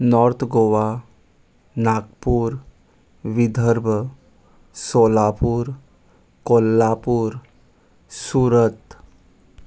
north Goa Nagpur Vidarbha Solapur Kolhapur Surat